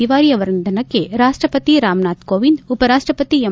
ತಿವಾರಿ ಅವರ ನಿಧನಕ್ಕೆ ರಾಷ್ಟಪತಿ ರಾಮನಾಥ್ ಕೋವಿಂದ್ ಉಪರಾಷ್ಟಪತಿ ಎಂ